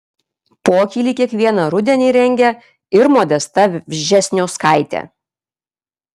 pokylį kiekvieną rudenį rengia ir modesta vžesniauskaitė